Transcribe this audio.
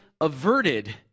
averted